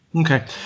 Okay